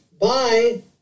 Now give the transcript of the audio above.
Bye